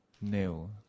nail